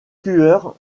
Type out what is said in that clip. cueur